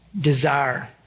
Desire